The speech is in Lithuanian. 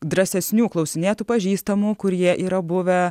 drąsesnių klausinėtų pažįstamų kurie yra buvę